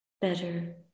better